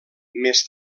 més